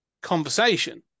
conversation